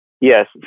yes